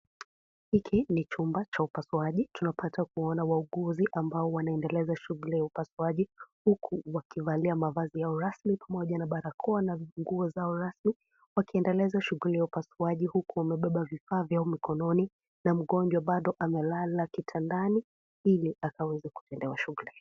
Hiki ni chumba cha upasuaji tunapata kuwaona wauuguzi ambao wanaoendeleza shughuli ya upasuaji huku wakivalia mavazi yao rasmi pamoja na barakoa na nguo zao rasmi wakiendeleza shughuli ya upasuaji huku wamebeba vifaa vyao mkononi na mgonjwa bado amelala kitandani hili akaweze kutolewa shughuli.